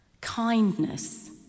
kindness